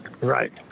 Right